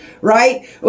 right